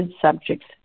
subjects